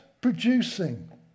producing